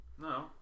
No